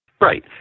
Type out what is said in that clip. Right